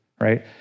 right